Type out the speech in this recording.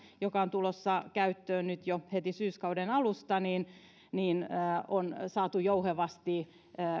joka on tulossa käyttöön nyt jo heti syyskauden alusta on saatu jouhevasti